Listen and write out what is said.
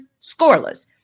scoreless